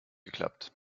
geklappt